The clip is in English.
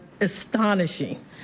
astonishing